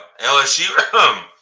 LSU